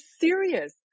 serious